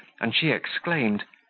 and she exclaimed,